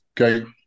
okay